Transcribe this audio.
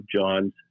John's